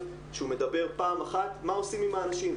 כשהוא מדבר פעם אחת מה עושים עם האנשים.